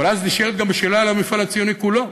אבל אז נשאלת גם השאלה על המפעל הציוני כולו,